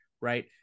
Right